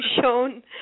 shown